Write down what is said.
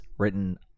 written